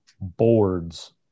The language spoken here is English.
boards